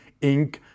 Inc